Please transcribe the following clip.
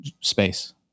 space